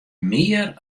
mear